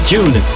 June